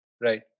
Right